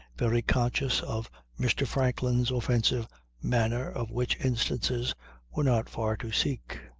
very conscious of mr. franklin's offensive manner of which instances were not far to seek.